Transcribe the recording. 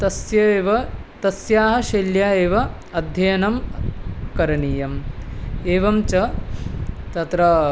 तस्य एव तस्याः शैल्या एव अध्ययनं करणीयम् एवं च तत्र